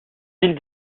ville